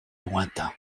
lointain